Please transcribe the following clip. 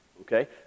okay